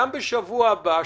גם בשבוע הבא,